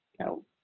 No